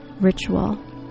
ritual